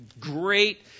Great